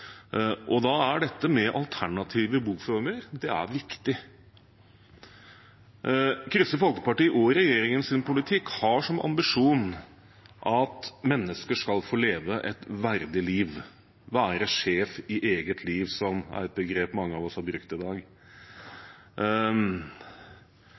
og omsorgstjenester. Da er dette med alternative boformer viktig. Kristelig Folkeparti og regjeringens politikk har som ambisjon at mennesker skal få leve et verdig liv, være sjef i eget liv, som er et begrep mange av oss har brukt i dag.